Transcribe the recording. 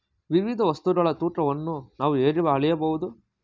ವಿವಿಧ ವಸ್ತುಗಳ ತೂಕವನ್ನು ನಾವು ಹೇಗೆ ಅಳೆಯಬಹುದು?